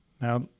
Now